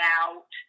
out